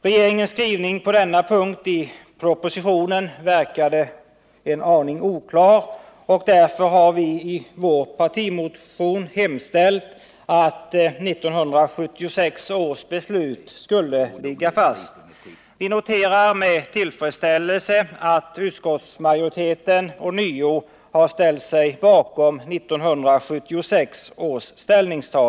Regeringens skrivning på denna punkt i propositionen verkade en aning oklar. Därför har vi i vår partimotion hemställt att 1976 års beslut skall ligga fast. Vi noterar med tillfredsställelse att utskottsmajoriteten ånyo har ställt sig bakom 1976 års beslut.